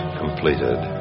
completed